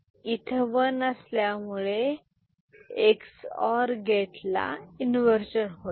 इथे वन असल्यामुळे X R गेटला इन्वर्जन होईल